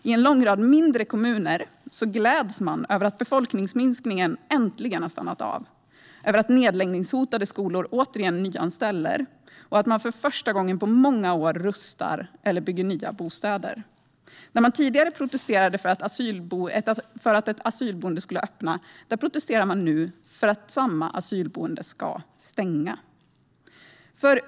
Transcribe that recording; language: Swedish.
I en lång rad mindre kommuner gläds man över att befolkningsminskningen äntligen har stannat av, att nedläggningshotade skolor återigen nyanställer och att man för första gången på många år rustar bostäder eller bygger nya. Där man tidigare protesterade för att ett asylboende skulle öppna protesterar man nu mot att samma asylboende ska stänga.